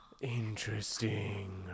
Interesting